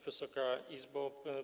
Wysoka Izbo!